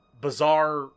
bizarre